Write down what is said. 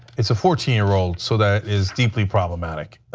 it is a fourteen year old so that is deeply problematic